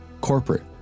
corporate